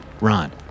Ron